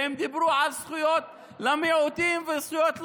והם דיברו על זכויות למיעוטים וזכויות ללאום,